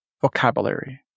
vocabulary